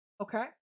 Okay